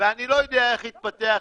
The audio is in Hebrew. ואני לא יודע איך התפתח הדיון,